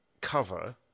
cover